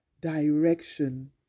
direction